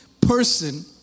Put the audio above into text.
person